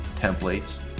templates